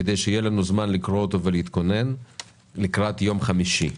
כדי שיהיה לנו זמן לקרוא אותו ולהתכונן לקראת יום חמישי.